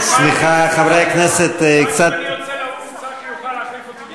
רק אם אני יוצא לאו"ם צחי יוכל להחליף אותי,